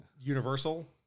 universal